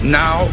now